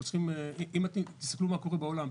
אם תסתכלו מה קורה בעולם,